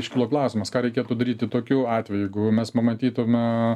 iškilo klausimas ką reikėtų daryti tokiu atveju jeigu mes pamatytume